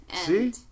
See